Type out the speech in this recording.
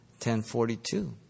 10.42